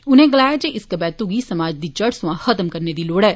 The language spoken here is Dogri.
उनै गलाया जे इस कबेतू गी समाज दी जड़ सोयां खत्म करने दी लोढ़ ऐ